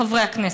חברי הכנסת,